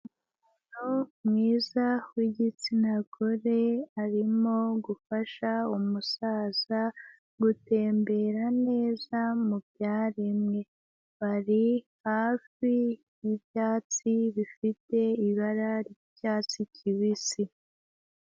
Umuntu mwiza w'igitsina gore arimo gufasha umusaza gutembera neza mu byaremwe. Bari hafi y'ibyatsi bifite ibara ry'icyatsi kibisi.